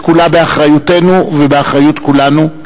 וכולה באחריותנו ובאחריות כולנו,